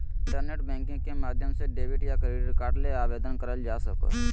internet banking के माध्यम से डेबिट या क्रेडिट कार्ड ले आवेदन करल जा सको हय